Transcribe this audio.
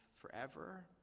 forever